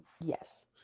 Yes